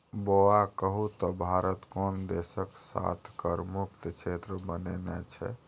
बौआ कहु त भारत कोन देशक साथ कर मुक्त क्षेत्र बनेने छै?